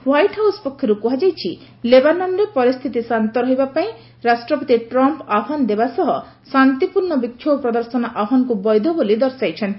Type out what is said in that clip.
white House ପକ୍ଷରୁ କୁହାଯାଇଛି ଲେବାନନରେ ପରିସ୍ଥିତି ଶାନ୍ତ ରହିବା ପାଇଁ ରାଷ୍ଟ୍ରପତି ଟ୍ରମ୍ପ୍ ଆହ୍ବାନ ଦେବା ସହ ଶାନ୍ତିପୂର୍ଣ୍ଣ ବିକ୍ଷୋଭ ପ୍ରଦର୍ଶନ ଆହ୍ପାନକୁ ବୈଧ ବୋଲି ଦର୍ଶାଇଛନ୍ତି